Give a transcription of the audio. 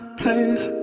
place